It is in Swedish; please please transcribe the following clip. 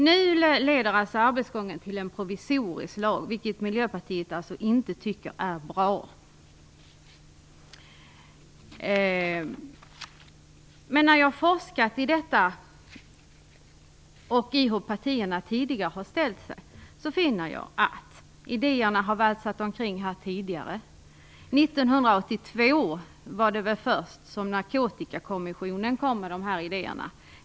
Nu leder arbetsgången till en provisorisk lag, vilket Miljöpartiet inte tycker är bra. Men när jag har forskat i detta och i hur partierna tidigare har ställt sig har jag funnit att idéerna har valsat omkring här tidigare. 1982 kom Narkotikakommissionen, som väl var först, med de här idéerna.